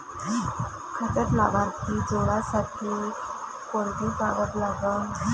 खात्यात लाभार्थी जोडासाठी कोंते कागद लागन?